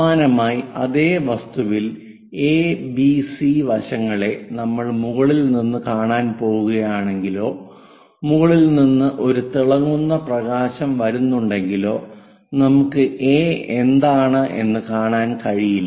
സമാനമായി അതേ വസ്തുവിൽ എ ബി സി വശങ്ങളെ നമ്മൾ മുകളിൽ നിന്ന് കാണാൻ പോകുകയാണെങ്കിലോ മുകളിൽ നിന്ന് ഒരു തിളങ്ങുന്ന പ്രകാശം വരുന്നുണ്ടെങ്കിലോ നമുക്ക് എ എന്താണ് എന്ന് കാണാൻ കഴിയില്ല